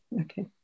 Okay